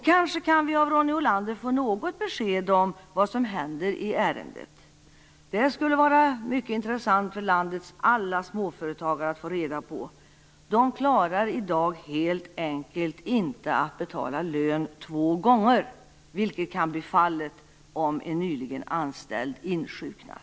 Kanske kan vi av Ronny Olander få något besked om vad som händer i ärendet? Det skulle vara mycket intressant för landets alla småföretagare att få reda på. De klarar i dag helt enkelt inte av att betala lön två gånger, vilket kan bli fallet om en nyligen anställd insjuknar.